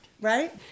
Right